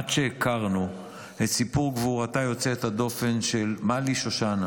עד שהכרנו את סיפור גבורתה יוצאת הדופן של מלי שושנה